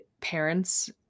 parents